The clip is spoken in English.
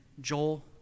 Joel